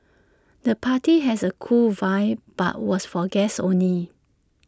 the party has A cool vibe but was for guests only